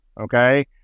okay